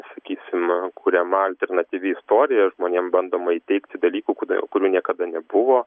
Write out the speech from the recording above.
sakysim kuriama alternatyvi istorija ir žmonėm bandoma įteigti dalykų kuda kurių niekada nebuvo